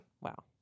Wow